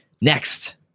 Next